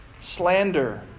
slander